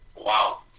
Wow